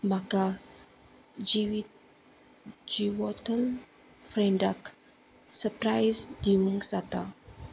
म्हाका जिवी जिवोतल फ्रेंडाक सरप्रायज दिवंक जाता